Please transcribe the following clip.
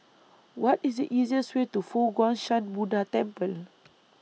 What IS The easiest Way to Fo Guang Shan Buddha Temple